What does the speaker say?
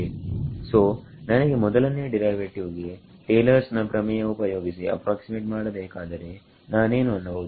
ಸೋನನಗೆ ಮೊದಲನೆಯ ಡಿರೈವೇಟಿವ್ ಗೆ ಟೇಲರ್ ನ ಪ್ರಮೇಯ ಉಪಯೋಗಿಸಿ ಅಪ್ರಾಕ್ಸಿಮೇಟ್ ಮಾಡಬೇಕಾದರೆನಾನೇನು ಅನ್ನಬಹುದು